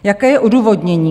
Jaké je odůvodnění?